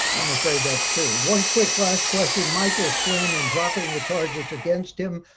i'm afraid that's true. one quick last question. michael flynn and dropping the charges against him.